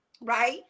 right